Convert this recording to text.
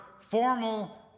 formal